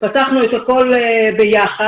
פתחנו את הכול ביחד,